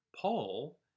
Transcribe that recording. Paul